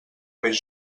més